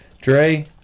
Dre